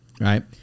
Right